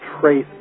trace